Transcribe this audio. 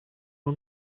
all